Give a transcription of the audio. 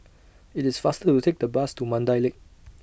IT IS faster to Take The Bus to Mandai Lake